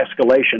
escalation